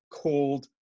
called